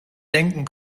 denken